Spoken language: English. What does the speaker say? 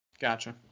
Gotcha